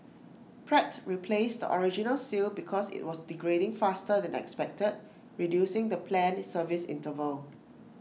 Pratt replaced the original seal because IT was degrading faster than expected reducing the planned service interval